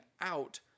out